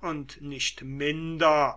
und nicht minder